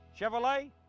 Chevrolet